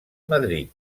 madrid